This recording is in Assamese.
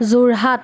যোৰহাট